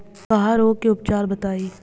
डकहा रोग के उपचार बताई?